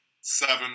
seven